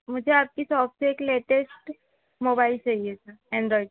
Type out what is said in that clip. मुझे आपकी शॉप से एक लेटेस्ट मोबाइल चाहिए था एंड्रॉइड